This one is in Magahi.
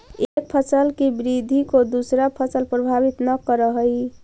एक फसल की वृद्धि को दूसरा फसल प्रभावित न करअ हई